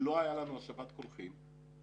אם לא היה לנו השבת קולחים --- אמרתי,